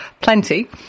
plenty